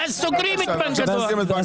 ואז סוגרים את בנק הדואר.